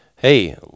Hey